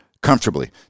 comfortably